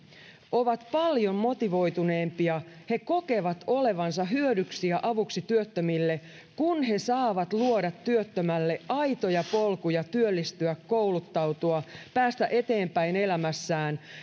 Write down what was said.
ovat paljon motivoituneempia he kokevat olevansa hyödyksi ja avuksi työttömille kun he saavat luoda työttömälle aitoja polkuja työllistyä kouluttautua ja päästä eteenpäin elämässään